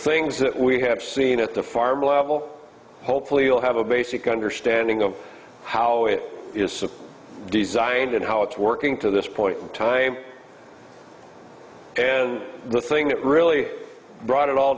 things that we have seen at the farm level hopefully you'll have a basic understanding of how it is supposed designed and how it's working to this point in time and the thing that really brought it all